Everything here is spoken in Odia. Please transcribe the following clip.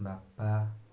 ବାପା